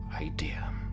idea